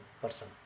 person